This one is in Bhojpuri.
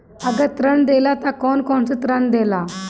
अगर ऋण देला त कौन कौन से ऋण देला?